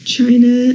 China